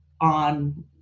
on